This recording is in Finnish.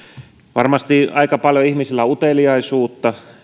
varmasti aika paljon ihmisillä on uteliaisuutta